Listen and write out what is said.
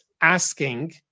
asking